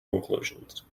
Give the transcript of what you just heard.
conclusions